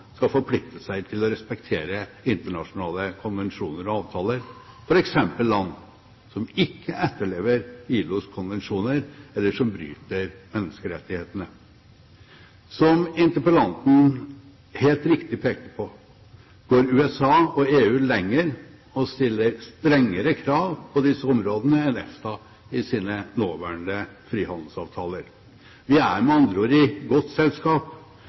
skal forplikte seg til å respektere internasjonale konvensjoner og avtaler, f.eks. land som ikke etterlever ILOs konvensjoner, eller som bryter menneskerettighetene. Som interpellanten helt riktig peker på, går USA og EU lenger og stiller strengere krav på disse områdene enn EFTA i sine nåværende frihandelsavtaler. Vi er med andre ord i godt selskap